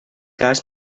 cas